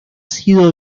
sido